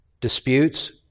disputes